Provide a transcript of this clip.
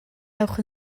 ewch